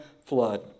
flood